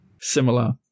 similar